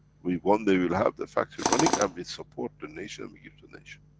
we one day will have the factory running, and we support the nation, we give donation.